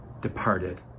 departed